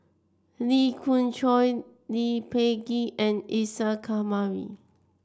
Lee Khoon Choy Lee Peh Gee and Isa Kamari